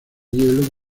hielo